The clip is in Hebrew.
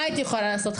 מה הייתי יכולה לעשות,